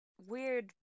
weird